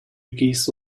geese